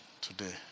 today